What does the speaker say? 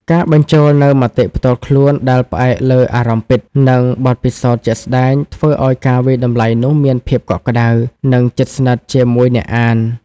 ការបញ្ចូលនូវមតិផ្ទាល់ខ្លួនដែលផ្អែកលើអារម្មណ៍ពិត និងបទពិសោធន៍ជាក់ស្តែង ធ្វើឱ្យការវាយតម្លៃនោះមានភាពកក់ក្តៅ និងជិតស្និទ្ធជាមួយអ្នកអាន។